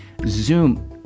Zoom